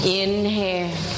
inhale